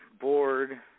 board